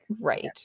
Right